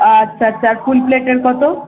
আচ্ছা আচ্ছা আচ্ছা ফুল প্লেটের কত